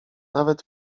nawet